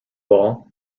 ball